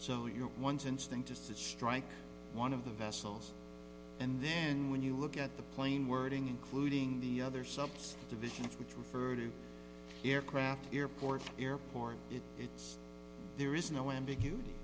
so you ones instinct is that strike one of the vessels and then when you look at the plain wording including the other subs divisions which refer to aircraft airports airport it is there is no ambiguity